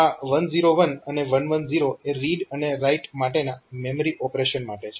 અને આ 1 0 1 અને 1 1 0 એ રીડ અને રાઈટ માટેના મેમરી ઓપરેશન માટે છે